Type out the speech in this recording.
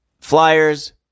Flyers